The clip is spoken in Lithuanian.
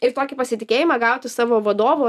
ir tokį pasitikėjimą gauti savo vadovų